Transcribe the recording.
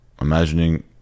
imagining